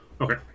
Okay